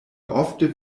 ofte